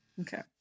Okay